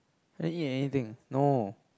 you never eat anything no